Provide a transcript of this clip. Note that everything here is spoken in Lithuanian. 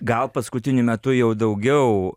gal paskutiniu metu jau daugiau